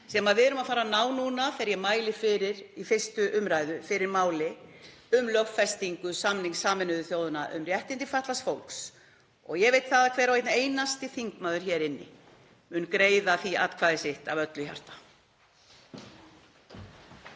sem við erum að fara að ná núna þegar ég mæli í 1. umræðu fyrir máli um lögfestingu samnings Sameinuðu þjóðanna um réttindi fatlaðs fólks og ég veit að hver og einn einasti þingmaður hér inni mun greiða því atkvæði sitt af öllu hjarta.